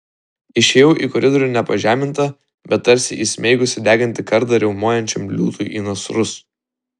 išėjau į koridorių ne pažeminta bet tarsi įsmeigusi degantį kardą riaumojančiam liūtui į nasrus